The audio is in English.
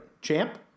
Champ